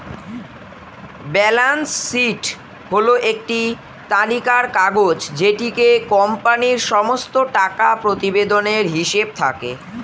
balance sheet হল একটি তালিকার কাগজ যেটিতে কোম্পানির সমস্ত টাকা প্রতিবেদনের হিসেব থাকে